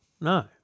No